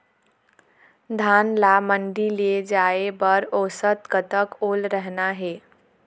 धान ला मंडी ले जाय बर औसत कतक ओल रहना हे?